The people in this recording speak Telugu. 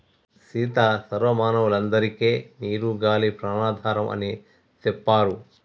సీత సర్వ మానవులందరికే నీరు గాలి ప్రాణాధారం అని సెప్తారు